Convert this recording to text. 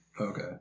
Okay